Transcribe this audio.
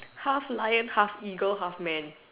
half lion half eagle half man